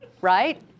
right